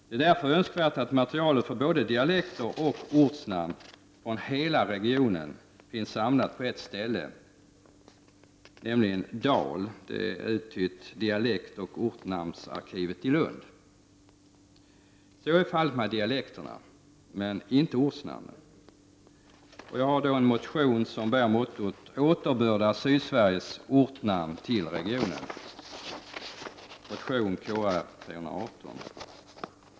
Det är därför önskvärt att materialet rörande både dialekter och ortnamn från hela regionen finns samlat på ett ställe, nämligen i DAL, uttytt Dialektoch ortnamnsarkivet i Lund. Så är fallet med dialekterna men inte ortnamnen. Jag har en motion som bär mottot ”Återbörda Sydsveriges namn till regionen”, motion Kr318.